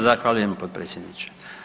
Zahvaljujem potpredsjedniče.